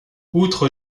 outre